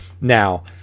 now